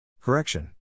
Correction